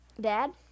Dad